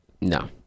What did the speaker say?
no